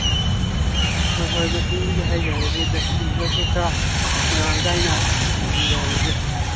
ꯎꯝ ꯍꯣꯏ ꯍꯣꯏ ꯃꯊꯪꯗꯒꯤ ꯍꯥꯏꯖꯔꯒꯦ ꯗꯁꯕꯤꯟꯈꯣꯏꯁꯨ ꯈꯔ ꯃꯔꯥꯡ ꯀꯥꯏꯅ ꯊꯝꯍꯟꯖꯔꯒꯦ